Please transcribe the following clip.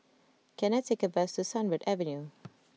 can I take a bus to Sunbird Avenue